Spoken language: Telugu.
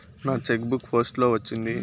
నా చెక్ బుక్ పోస్ట్ లో వచ్చింది